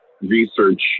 research